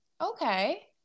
okay